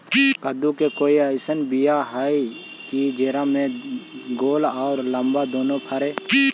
कददु के कोइ बियाह अइसन है कि जेकरा में गोल औ लमबा दोनो फरे?